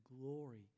glory